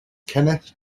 kenneth